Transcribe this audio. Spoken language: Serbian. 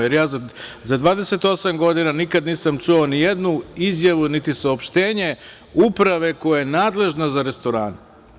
Ja za 28 godina nikad nisam čuo ni jednu izjavu, niti saopštenje Uprave koja je nadležna za restorane.